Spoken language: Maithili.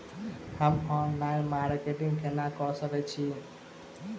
हम ऑनलाइन मार्केटिंग केना कऽ सकैत छी?